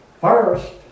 first